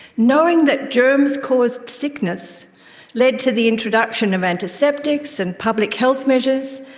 knowing that germs caused sickness led to the introduction of antiseptics and public health measures,